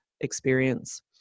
experience